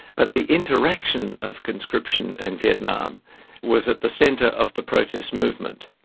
but the interaction of conscription and vietnam was at the centre of the protest movement.